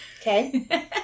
Okay